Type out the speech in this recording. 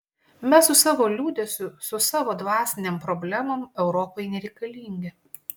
mes su savo liūdesiu su savo dvasinėm problemom europai nereikalingi